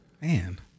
man